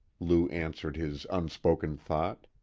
lou answered his unspoken thought.